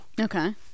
okay